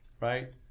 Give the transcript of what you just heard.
right